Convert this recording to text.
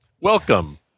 Welcome